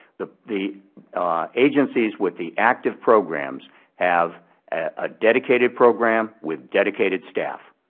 the the agencies with the active programs have a dedicated program with dedicated staff.